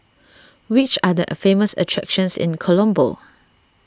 which are the famous attractions in Colombo